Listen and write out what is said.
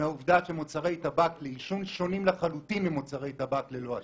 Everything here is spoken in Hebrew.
מהעובדה שמוצרי טבק לעישון שונים לחלוטין ממוצרי טבק ללא עשן.